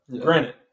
Granted